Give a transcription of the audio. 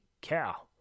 cow